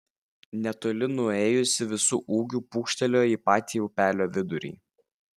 netoli nuėjusi visu ūgiu pūkštelėjo į patį upelio vidurį